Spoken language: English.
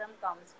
comes